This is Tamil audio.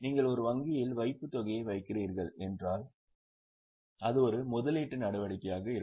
நீங்கள் ஒரு வங்கியில் வைப்புத்தொகையை வைக்கிறீர்கள் என்றால் அது ஒரு முதலீட்டு நடவடிக்கையாக இருக்கும்